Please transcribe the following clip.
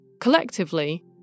Collectively